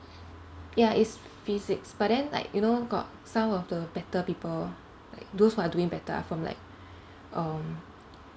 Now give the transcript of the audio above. ya it's physics but then like you know got some of the better people like those who are doing better are from like um